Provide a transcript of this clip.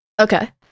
Okay